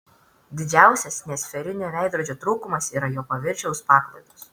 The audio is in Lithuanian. didžiausias nesferinio veidrodžio trūkumas yra jo paviršiaus paklaidos